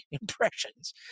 impressions